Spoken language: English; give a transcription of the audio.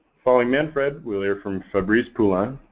following manfred, we'll hear from fabrice poulin,